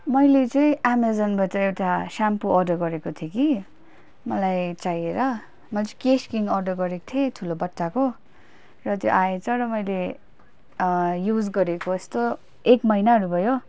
मैले चाहिँ एमाजोनबाट एउटा स्याम्पू अर्डर गरेको थिएँ कि मलाई चाहिएर म चाहिँ केश किङ अर्डर गरेको थिएँ ठुलो बट्टाको र त्यो आएछ र मैले युज गरेको यस्तो एक महिनाहरू भयो